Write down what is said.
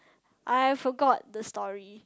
I forgot the story